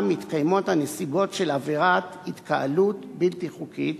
מתקיימות הנסיבות של עבירת התקהלות בלתי חוקית,